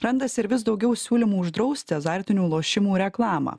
randasi ir vis daugiau siūlymų uždrausti azartinių lošimų reklamą